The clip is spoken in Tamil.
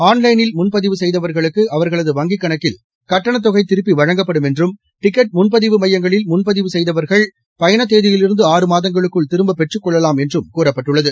ஆன்லைனில் முன்பதிவு செய்தவர்களுக்கு அவர்களது வங்கிக் கணக்கில் கட்டணத் தொகை திருப்பி வழங்கப்படும் என்றும் டிக்கெட் முன்பதிவு மையங்களில் முன் பதிவு செய்தவர்கள் பயணத் தேதியிலிருந்து ஆறு மாதங்களுக்குள் திரும்பப் பெற்றுக் கொள்ளலாம் என்றும் கூறப்பட்டுள்ளது